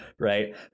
right